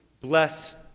bless